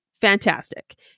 fantastic